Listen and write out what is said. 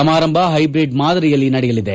ಸಮಾರಂಭ ಹೈಬ್ರಿಡ್ ಮಾದರಿಯಲ್ಲಿ ನಡೆಯಲಿದೆ